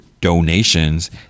donations